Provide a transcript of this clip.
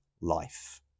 life